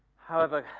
however,